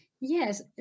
Yes